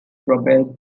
propelled